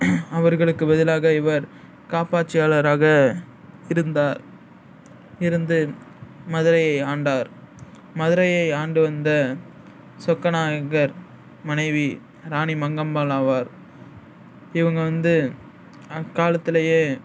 அவர்களுக்குப் பதிலாக இவர் காப்பாட்சியாளராக இருந்தார் இருந்து மதுரையை ஆண்டார் மதுரையை ஆண்டு வந்த சொக்கநாயக்கர் மனைவி ராணிமங்கம்மாள் ஆவார் இவங்க வந்து அக்காலத்துலேயே